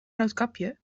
roodkapje